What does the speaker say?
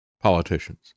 politicians